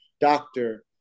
doctor